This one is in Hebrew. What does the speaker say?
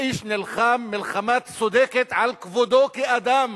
האיש נלחם מלחמה צודקת על כבודו כאדם